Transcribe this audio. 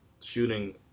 shooting